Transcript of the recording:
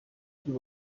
by’u